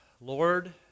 Lord